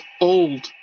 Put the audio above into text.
old